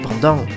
pendant